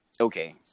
okay